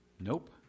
nope